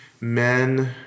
men